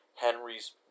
henry's